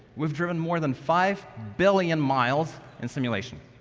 we've driven more than five billion miles in simulation.